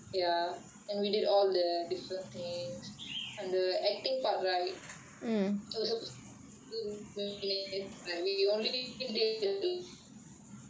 ya and we did all the different things on the acting part right it was supposed to be two minutes right we only did like very short thirty seconds kind